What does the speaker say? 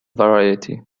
variety